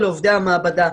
לעובדי המעבדה.